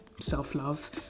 self-love